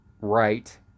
right